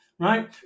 right